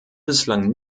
bislang